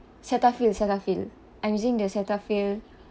Cetaphil Cetaphil I'm using the Cetaphil